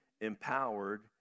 empowered